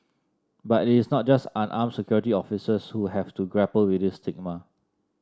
but it is not just unarmed security officers who have to grapple with this stigma